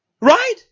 Right